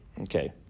Okay